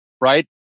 right